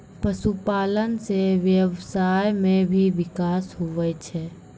पशुपालन से व्यबसाय मे भी बिकास हुवै छै